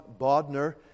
Bodner